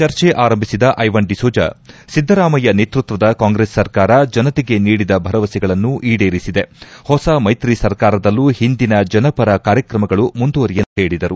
ಚರ್ಚೆ ಆರಂಭಿಸಿದ ಐವನ್ ಡಿಸೋಜಾ ಸಿದ್ದರಾಮಯ್ನ ನೇತೃತ್ವದ ಕಾಂಗ್ರೆಸ್ ಸರ್ಕಾರ ಜನತೆಗೆ ನೀಡಿದ ಭರವಸೆಗಳನ್ನು ಈಡೇರಿಸಿದೆ ಹೊಸ ಮೈತ್ರಿ ಸರ್ಕಾರದಲ್ಲೂ ಹಿಂದಿನ ಜನಪರ ಕಾರ್ಯಕ್ರಮಗಳು ಮುಂದುವರೆಯಲಿದೆ ಎಂದು ಹೇಳಿದರು